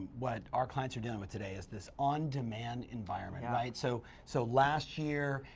what our clients are dealing with today is this on demand environment, right? so so last year,